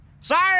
Sorry